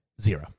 Zero